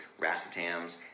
racetams